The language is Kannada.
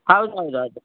ಹೌದು ಹೌದು ಹೌದು